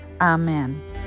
Amen